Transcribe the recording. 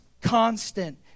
constant